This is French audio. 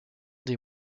des